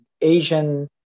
Asian